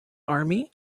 army